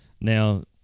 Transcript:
Now